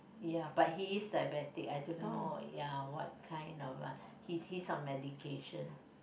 ya but he is diabetic I don't know ya what kind of uh he he's on medication